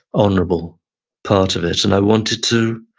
honorable part of it. and i wanted to,